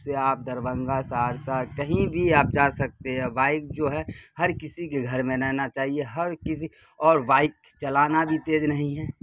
سے آپ دربھنگہ سہرسہ کہیں بھی آپ جا سکتے ہیں بائک جو ہے ہر کسی کے گھر میں رہنا چاہیے ہر کسی اور بائک چلانا بھی تیز نہیں ہے